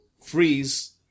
freeze